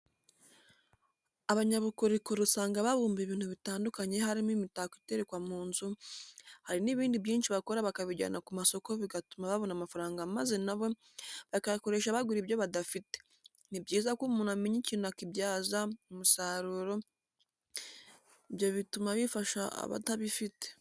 Abanyabukorikori usanga babumba ibintu bitandukanye harimo imitako iterekwa mu nzu, hari n'ibindi byinshi bakora bakabijyana ku masoko bigatuma babona amafaranga maze na bo bakayakoresha bagura ibyo badafite, ni byiza ko umuntu amenya ikintu akakibyaza umusaruro, ibyo bituma bifasha abatabifite.